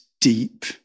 deep